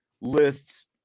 lists